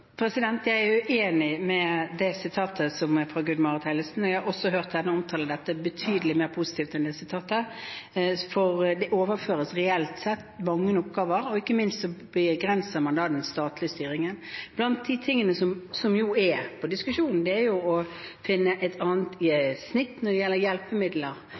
Jeg er uenig i sitatet fra Gunn Marit Helgesen. Jeg har også hørt henne omtale dette betydelig mer positivt enn det som kommer frem av det sitatet. Det overføres reelt sett mange oppgaver. Ikke minst begrenser man den statlige styringen. Blant de tingene som er oppe til diskusjon, er å finne et annet snitt når det gjelder hjelpemidler.